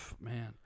man